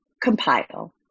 compile